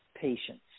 patients